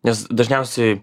nes dažniausiai